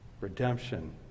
redemption